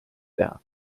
teha